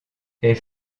elle